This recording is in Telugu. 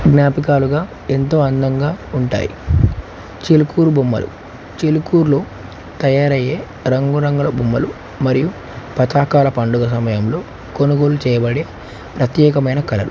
జ్ఞాపకాలుగా ఎంతో అందంగా ఉంటాయి చిలుకూరు బొమ్మలు చిలుకూరులో తయారయ్యే రంగురంగుల బొమ్మలు మరియు పతాకాల పండుగ సమయంలో కొనుగోలు చేయబడే ప్రత్యేకమైన కళలు